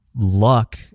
luck